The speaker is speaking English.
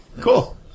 Cool